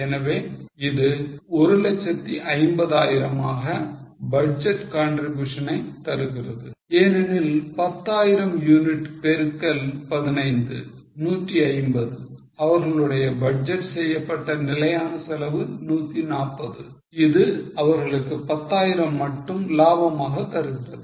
எனவே இது 150000 ஆக பட்ஜெட் contribution ஐ தருகிறது ஏனெனில் 10 ஆயிரம் யூனிட் பெருக்கல் 15 150 அவர்களுடைய பட்ஜெட் செய்யப்பட்ட நிலையான செலவு 140 இது அவர்களுக்கு 10000 மட்டும் லாபமாக தருகிறது